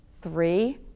Three